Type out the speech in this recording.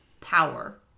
power